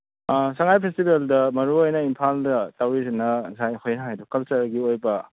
ꯁꯉꯥꯏ ꯐꯦꯁꯇꯤꯚꯦꯜꯗ ꯃꯔꯨ ꯑꯣꯏꯅ ꯏꯝꯐꯥꯜꯗ ꯇꯧꯔꯤꯁꯤꯅ ꯉꯁꯥꯏ ꯑꯩꯈꯣꯏ ꯍꯥꯏꯗꯣ ꯀꯜꯆꯔꯒꯤ ꯑꯣꯏꯕ